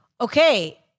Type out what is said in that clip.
Okay